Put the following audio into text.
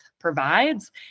provides